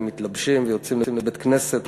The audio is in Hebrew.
מתלבשים ויוצאים לבית-הכנסת,